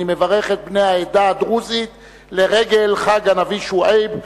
אני מברך את בני העדה הדרוזית לרגל חג הנביא שועייב,